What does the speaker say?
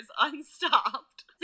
unstopped